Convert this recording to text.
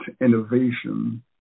innovation